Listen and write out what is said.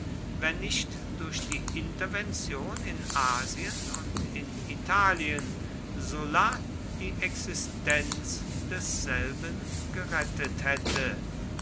wenn nicht durch die intervention in asien und in italien sulla die existenz desselben gerettet hätte